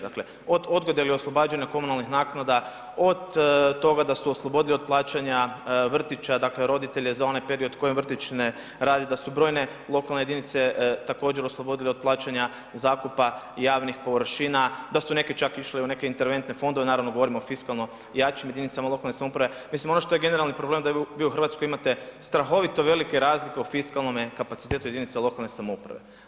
Dakle od odgode ili oslobađanja komunalnih naknada, od toga da su oslobodili od plaćanja vrtića roditelje za onaj period koji vrtić ne radi, da su brojne lokalne jedinice također, oslobodile od plaćanja zakupa javnih površina, da su neke čak išle i u neke interventne fondove, naravno, govorim o fiskalno jačim jedinicama lokalne samouprave, mislim ono što je generalni problem da vi u Hrvatskoj imate strahovito velike razlike u fiskalnome kapacitetu jedinica lokalne samouprave.